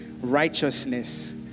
righteousness